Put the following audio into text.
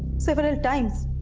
several times!